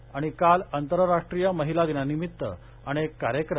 ा काल आंतरराष्ट्रीय महिला दिनानिमित्त अनेक कार्यक्रम